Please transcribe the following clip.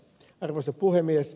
arvoisa puhemies